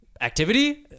Activity